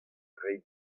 reiñ